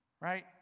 Right